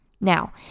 Now